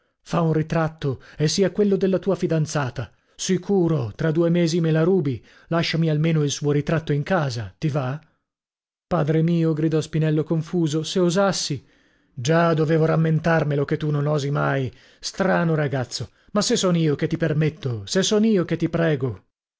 fa un ritratto e sia quello della tua fidanzata sicuro tra due mesi me la rubi lasciami almeno il suo ritratto in casa ti va padre mio gridò spinello confuso se osassi già dovevo rammentarmelo che tu non osi mai strano ragazzo ma se son io che ti permetto se son io che ti prego